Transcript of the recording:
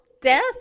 death